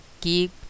keep